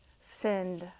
send